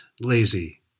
lazy